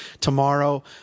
tomorrow